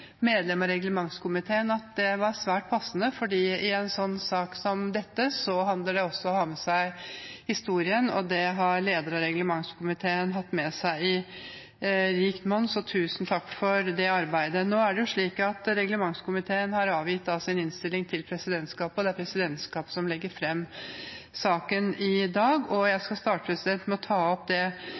medlem av reglementskomiteen, at det var svært passende, for i en sak som dette, handler det også om å ha med seg historien – og det har lederen av reglementskomiteen hatt med seg i rikt monn. Så tusen takk for det arbeidet. Reglementskomiteen har avgitt sin innstilling til presidentskapet, og det er presidentskapet som legger fram saken i dag. Jeg skal starte med å ta opp forslaget som Høyre står bak særskilt i innstillingen. Vi har i det